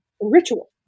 ritual